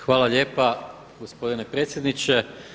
Hvala lijepa gospodine predsjedniče.